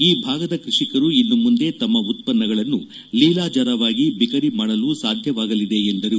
ಈ ಭಾಗದ ಕೃಷಿಕರು ಇನ್ನು ಮುಂದೆ ತಮ್ಮ ಉತ್ಪನ್ನಗಳನ್ನು ಲೀಲಾಜಾಲವಾಗಿ ಬಿಕರಿ ಮಾಡಲು ಸಾಧ್ಯವಾಗಲಿದೆ ಎಂದರು